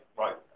right